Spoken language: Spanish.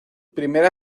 primera